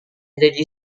degli